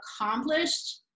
accomplished